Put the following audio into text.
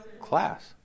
class